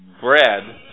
bread